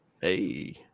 Hey